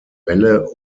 wälle